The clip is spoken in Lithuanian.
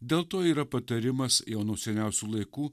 dėl to yra patarimas jau nuo seniausių laikų